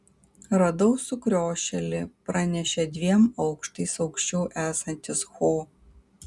radau sukriošėlį pranešė dviem aukštais aukščiau esantis ho